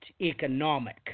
economic